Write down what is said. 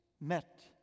met